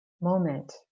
moment